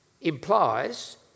implies